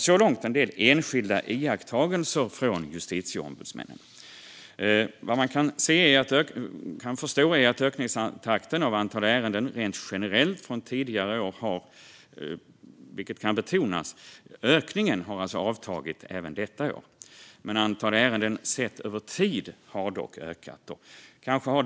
Så långt en del enskilda iakttagelser från justitieombudsmännen. Rent generellt har ökningen av antalet ärenden avtagit även detta år, vilket kan betonas. Antalet ärenden sett över tid har dock ökat.